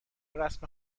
رسم